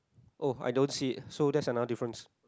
oh I don't see it so that's another difference